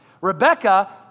Rebecca